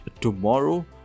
tomorrow